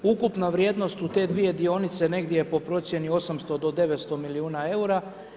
Ukupna vrijednost u te dvije dionice negdje je po procjeni 800 do 900 milijuna eura.